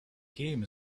game